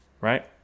right